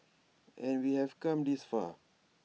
and we have come this far